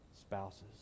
spouses